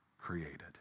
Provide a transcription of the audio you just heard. created